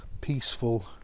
peaceful